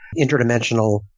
interdimensional